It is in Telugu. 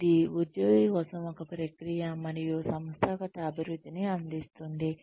ఇది ఉద్యోగి కోసం ఒక ప్రక్రియ మరియు సంస్థాగత అభివృద్ధిని అందిస్తుంది